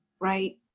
right